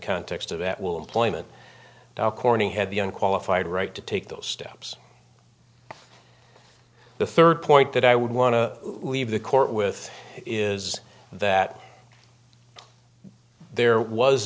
context of at will employment dow corning had the unqualified right to take those steps the third point that i would want to leave the court with is that there was